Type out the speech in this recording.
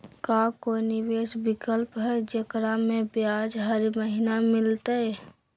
का कोई निवेस विकल्प हई, जेकरा में ब्याज हरी महीने मिलतई?